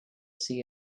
see